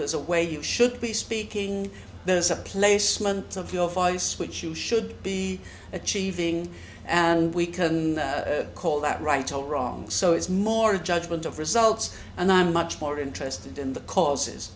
a way you should be speaking there's a placement of your voice which you should be achieving and we can call that right or wrong so it's more a judgment of results and i'm much more interested in the causes